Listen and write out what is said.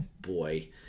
boy